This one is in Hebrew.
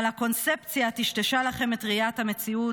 אבל הקונספציה טשטשה לכם את ראיית המציאות,